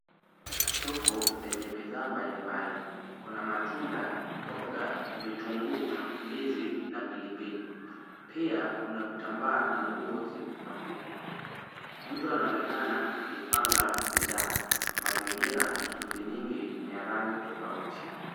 Soko lenye bidhaa mbalimbali, kuna matunda, mboga, vitunguu, ndizi na pilipili. Pia kuna vitambaa na nguo, zilizoning'inia. Mtu anaonekana akipanga bidhaa, mazingira, shughuli nyingi ni ya rangi tofauti.